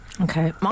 Okay